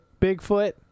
Bigfoot